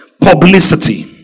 Publicity